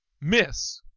miss